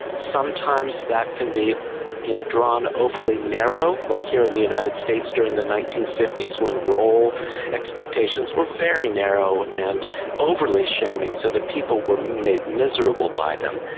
sometimes that can be you know drawn overly narrow, like here in the united states during the nineteen fifty s when role expectations were very narrow and overly shaming so that people were made miserable by them.